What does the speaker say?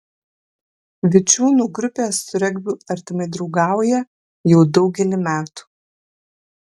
vičiūnų grupė su regbiu artimai draugauja jau daugelį metų